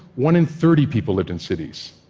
one in thirty people lived in cities,